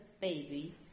baby